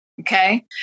Okay